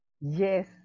Yes